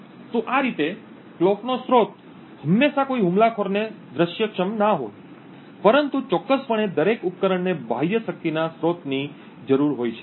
તો આ રીતે કલોક નો સ્રોત હંમેશાં કોઈ હુમલાખોરને દૃશ્યક્ષમ ન હોય પરંતુ ચોક્કસપણે દરેક ઉપકરણને બાહ્ય શક્તિના સ્ત્રોતની જરૂર હોય છે